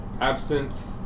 Absinthe